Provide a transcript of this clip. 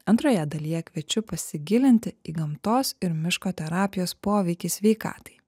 antroje dalyje kviečiu pasigilinti į gamtos ir miško terapijos poveikį sveikatai